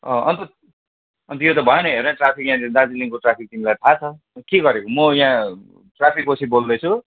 अँ अन्त अन्त यो त भएन हेर ट्राफिक यहाँनिर दार्जिलिङको ट्राफिक तिमीलाई थाह छ के गरेको म यहाँ ट्राफिक ओसी बोल्दैछु